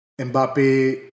Mbappe